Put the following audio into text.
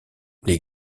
les